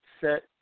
Set